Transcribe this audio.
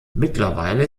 mittlerweile